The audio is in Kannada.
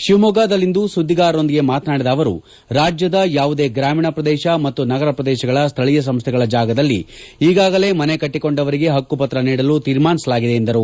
ಶಿವಮೊಗ್ಗದಲ್ಲಿಂದು ಸುದ್ದಿಗಾರರೊಂದಿಗೆ ಮಾತನಾಡಿದ ಅವರು ರಾಜ್ಯದ ಯಾವುದೇ ಗ್ರಾಮೀಣ ಪ್ರದೇಶ ಮತ್ತು ನಗರಪ್ರದೇಶಗಳ ಸ್ಥಳೀಯ ಸಂಸ್ದೆಗಳ ಜಾಗದಲಿ ಈಗಾಗಲೇ ಮನೆ ಕಟ್ಟಿಕೊಂಡವರಿಗೆ ಹಕ್ಕು ಪತ್ರ ನೀಡಲು ತೀರ್ಮಾನಿಸಲಾಗಿದೆ ಎಂದರು